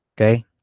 Okay